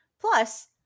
Plus